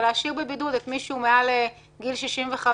ולהשאיר בבידוד את מי שהוא מעל גיל 65,